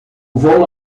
vou